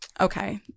Okay